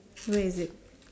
where is it